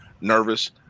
nervous